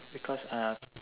because uh